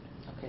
Okay